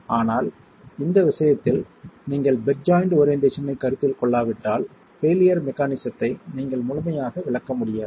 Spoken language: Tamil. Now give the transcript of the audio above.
ஆனால் இந்த விஷயத்தில் நீங்கள் பெட் ஜாய்ண்ட் ஓரியென்ட்டேஷனை கருத்தில் கொள்ளாவிட்டால் பெயிலியர் மெக்கானிசத்தை நீங்கள் முழுமையாக விளக்க முடியாது